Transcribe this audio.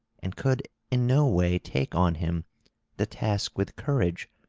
and could in no way take on him the task with courage,